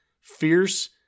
fierce